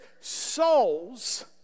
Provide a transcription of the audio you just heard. souls